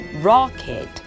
rocket